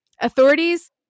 Authorities